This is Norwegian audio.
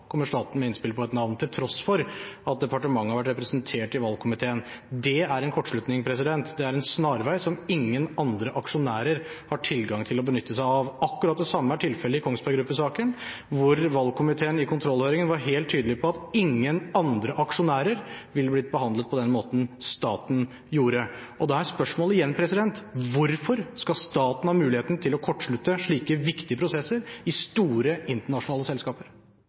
kommer staten med innspill på et navn, til tross for at departementet har vært representert i valgkomiteen. Det er en kortslutning. Det er en snarvei som ingen andre aksjonærer har tilgang til å benytte seg av. Akkurat det samme er tilfellet i Kongsberg Gruppen-saken, hvor valgkomiteen i kontrollhøringen var helt tydelig på at ingen andre aksjonærer ville blitt behandlet på den måten som staten ble. Da er spørsmålet: Hvorfor skal staten ha muligheten til å kortslutte slike viktige prosesser i store internasjonale selskaper?